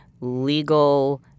legal